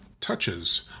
touches